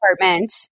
apartment